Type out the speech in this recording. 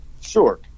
sure